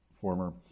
former